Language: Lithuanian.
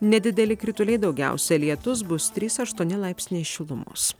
nedideli krituliai daugiausia lietus bus trys aštuoni laipsniai šilumos